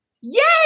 Yes